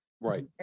Right